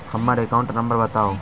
हम्मर account number बताऊ?